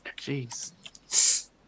Jeez